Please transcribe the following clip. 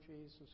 Jesus